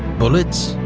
bullets,